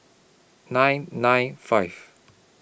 nine nine five